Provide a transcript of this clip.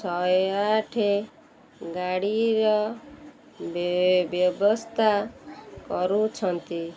ଶହେ ଆଠ ଗାଡ଼ିର ବ୍ୟବସ୍ଥା କରୁଛନ୍ତି